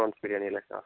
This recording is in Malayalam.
പ്രോൺസ് ബിരിയാണിയല്ലേ ആ